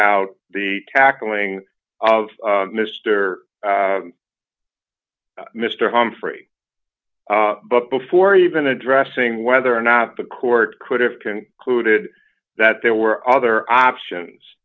out the tackling of mister mr humphrey but before even addressing whether or not the court could have concluded that there were other options